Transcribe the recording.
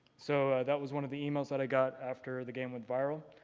so that was one of the emails that i got after the game went viral.